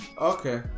Okay